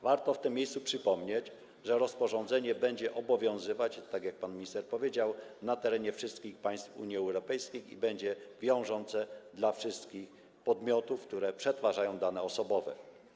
Warto w tym miejscu przypomnieć, że rozporządzenie będzie obowiązywać, tak jak powiedział pan minister, na terenie wszystkich państw Unii Europejskiej i będzie wiążące dla wszystkich podmiotów, które przetwarzają dane osobowe.